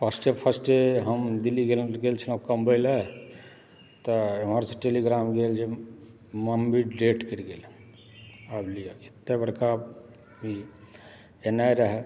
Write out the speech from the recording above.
फर्स्टे फर्स्टे हम दिल्ली गेल छलहुँ कमबै लऽ तऽ एम्हरसँ टेलीग्राम गेल जे मम्मी डेड करि गेल हँ आब लिअ एतय बड़का ई एनाइ रहय